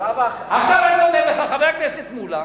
חבר הכנסת מולה,